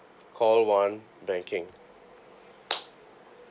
call one banking